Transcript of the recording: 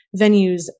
venues